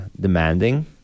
demanding